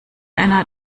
einer